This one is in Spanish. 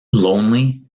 lonely